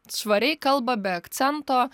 švariai kalba be akcento